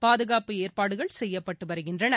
பாதுகாப்பு ஏற்பாடுகள் செய்யப்பட்டுவருகின்றன